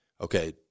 okay